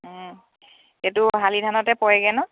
এইটো শালি ধানতে পৰেগৈ ন